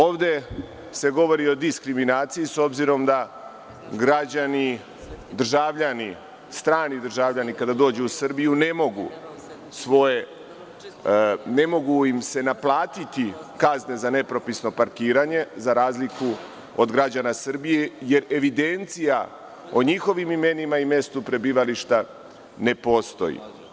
Ovde se govori o diskriminaciji, s obzirom da građani, državljani, strani državljani kada dođu u Srbiju ne mogu im se naplatiti kazne za nepropisno parkiranje, za razliku od građana Srbije, jer evidencija o njihovim imenima i mestu prebivališta ne postoji.